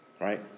Right